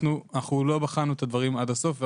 לא בחנו את הדברים עד הסוף.